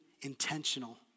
intentional